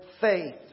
faith